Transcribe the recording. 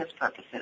purposes